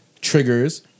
triggers